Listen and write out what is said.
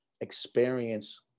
Experience